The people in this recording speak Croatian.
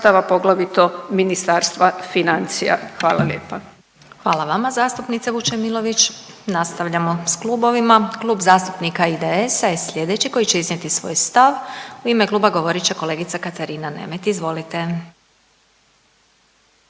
poglavito Ministarstva financija. Hvala lijepa. **Glasovac, Sabina (SDP)** Hvala vama zastupnice Vučemilović. Nastavljamo s klubovima, Klub zastupnika IDS-a je slijedeći koji će iznijeti svoj stav. U ime kluba govorit će kolegica Katarina Nemet. Izvolite.